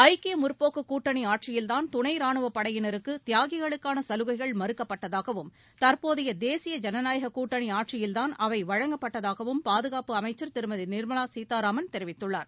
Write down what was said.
ஐக்கிய முற்போக்கு கூட்டணி ஆட்சியில்தான் துணை ரானுவப் படையினருக்கு தியாகிகளுக்கான சலுகைகள் மறுக்கப்பட்டதாகவும் தற்போதைய தேசிய ஜனநாயகக் கூட்டணி ஆட்சியில்தான் அவை வழங்கப்பட்டதாகவும் பாதுகாப்பு அமைச்சர் திருமதி நிர்மலா சீதாராமன் தெரிவித்துள்ளார்